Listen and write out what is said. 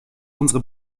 unsere